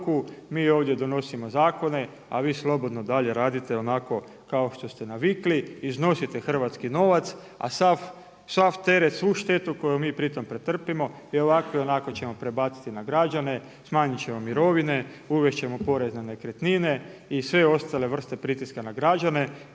mi ovdje donosimo zakone, a vi slobodno radite onako kao što ste navikli. Iznosite hrvatski novac, a sav teret, svu štetu koju mi pritom pretrpimo, i ovako i onako ćemo prebaciti na građane, smanjit ćemo mirovine, uvest ćemo porez na nekretnine i sve ostale pritiska na građena,